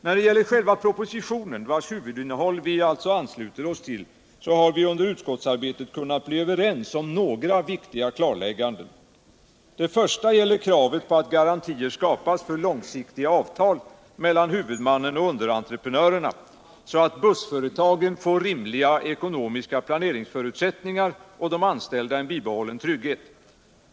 När det gäller själva propositionen, vars huvudinnehåll vi alltså ansluter oss till, har vi under utskottsarbetet kunnat bli överens om några viktiga klarlägganden. Det första gäller kravet på att garantier skapas för långsiktiga avtal mellan huvudmannen och underentreprenörerna, så att bussföretagen får rimliga ekonomiska planeringsförutsättningar och de anställda en bibehållen trygghet.